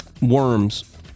worms